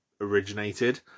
originated